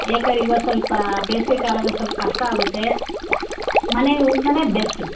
ಏಕರೆ ಇವತ್ತು ಸ್ವಲ್ಪ ಬೇಸಿಗೆ ಕಾಲ್ದಲ್ಲಿ ಸ್ವಲ್ಪ ಕಷ್ಟ ಆಗುತ್ತೆ ಮನೆ ಊಟನೇ ಬೆಸ್ಟು